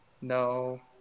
no